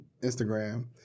Instagram